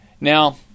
Now